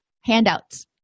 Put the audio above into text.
Handouts